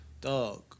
Dog